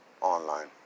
online